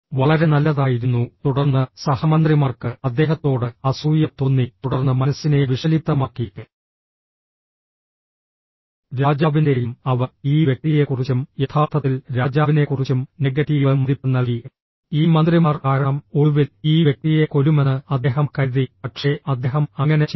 വളരെ നല്ലതായിരുന്നു തുടർന്ന് സഹമന്ത്രിമാർക്ക് അദ്ദേഹത്തോട് അസൂയ തോന്നി തുടർന്ന് മനസ്സിനെ വിഷലിപ്തമാക്കി രാജാവിൻറെയും അവർ ഈ വ്യക്തിയെക്കുറിച്ചും യഥാർത്ഥത്തിൽ രാജാവിനെക്കുറിച്ചും നെഗറ്റീവ് മതിപ്പ് നൽകി ഈ മന്ത്രിമാർ കാരണം ഒടുവിൽ ഈ വ്യക്തിയെ കൊല്ലുമെന്ന് അദ്ദേഹം കരുതി പക്ഷേ അദ്ദേഹം അങ്ങനെ ചെയ്തില്ല